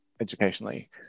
educationally